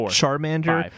Charmander